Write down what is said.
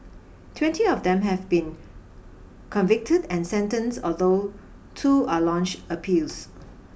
twenty of them have been convicted and sentenced although two are launched appeals